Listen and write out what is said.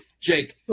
Jake